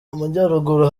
amajyaruguru